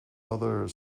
other